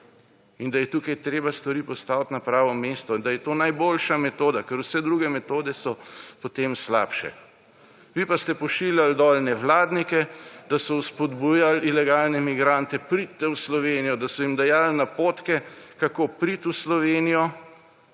In da je tukaj treba stvari postaviti na pravo mesti. Da je to najboljša metoda, ker vse druge metode so potem slabše. Vi pa ste pošiljali dol nevladnike, da so spodbujali ilegalne migrante, pridite v Slovenijo, da so jim dajali napotke, kako priti v Slovenijo